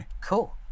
Cool